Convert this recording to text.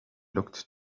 looked